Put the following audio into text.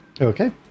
Okay